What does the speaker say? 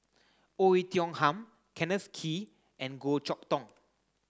Oei Tiong Ham Kenneth Kee and Goh Chok Tong